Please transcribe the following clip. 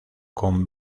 con